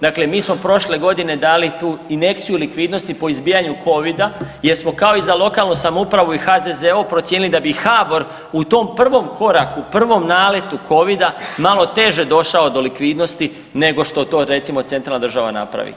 Dakle, mi smo prošle godine dali tu injekciju likvidnosti po izbijanju Covida jer smo kao i za lokalnu samoupravu i HZZO procijenili da bi HABOR u tom prvom koraku, prvom naletu Covida malo teže došao do likvidnosti nego što to recimo centralna država napravi.